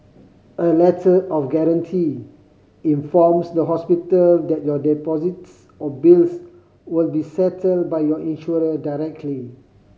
a Letter of Guarantee informs the hospital that your deposits or bills will be settled by your insurer directly